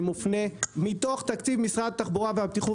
שמפונה מתוך תקציב משרד התחבורה והבטיחות